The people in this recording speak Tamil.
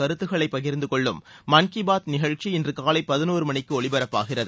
கருத்துக்களை பகிர்ந்து கொள்ளும் மான் கி பாத் நிகழ்ச்சி இன்று காலை பதினோரு மணிக்கு ஒலிபரப்பாகிறது